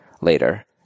later